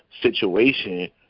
situation